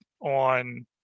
on